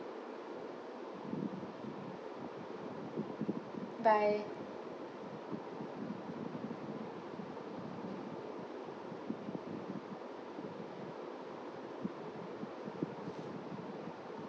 bye